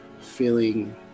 feeling